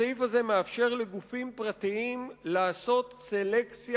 הסעיף הזה מאפשר לגופים פרטיים לעשות סלקציה